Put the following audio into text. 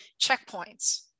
checkpoints